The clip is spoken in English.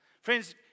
Friends